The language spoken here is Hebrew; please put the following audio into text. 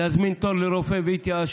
רצו להזמין תור לרופא והתייאשו.